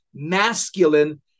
masculine